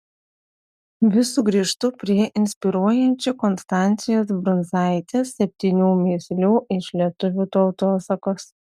vis sugrįžtu prie inspiruojančių konstancijos brundzaitės septynių mįslių iš lietuvių tautosakos